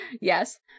Yes